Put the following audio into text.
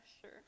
Sure